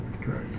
Correct